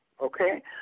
Okay